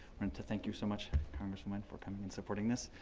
to thank you so much congresswoman for coming and supporting this.